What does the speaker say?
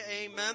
amen